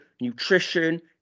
nutrition